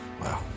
Wow